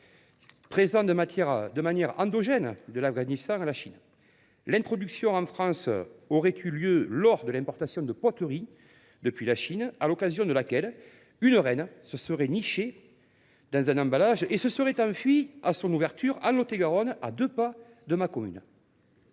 présent de manière endogène de l’Afghanistan à la Chine. Son introduction en France aurait eu lieu lors de l’importation de poteries depuis la Chine. Une reine se serait nichée dans un emballage et se serait enfuie à son ouverture, dans le Lot et Garonne, à deux pas de ma commune.